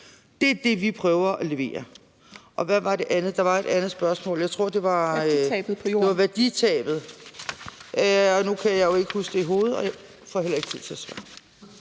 Det er det, vi prøver at levere. Hvad var det andet? Der var et andet spørgsmål (Mette Abildgaard (KF): Værditabet på jorden). Ja, det var til værditabet. Nu kan jeg jo ikke huske det i hovedet, og jeg får heller ikke tid til at svare,